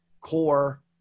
core